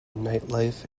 nightlife